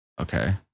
okay